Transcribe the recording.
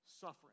suffering